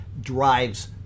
drives